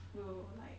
will like